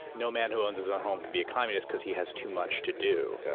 no man who owns his own home can be a communist because he has too much to do. yeah